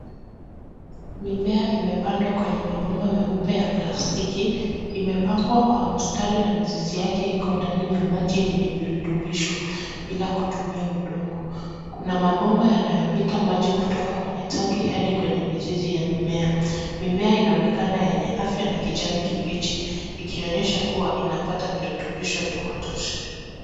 Mimea imepandwa kwenye mabomba meupe ya plastiki. Imepangwa kwa mstari na mizizi yake iko ndani ya maji yenye virutubisho bila kutumia udongo. Kuna mabomba yanayopita maji kutoka kwenye tanki hadi kwenye mizizi ya mimea. Mimea inaonekana yenye afya na kijani kibichi ikionyesha kuwa inapata virutubisho vya kutosha.